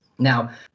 Now